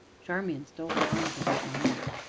charmian stole her arms about my neck.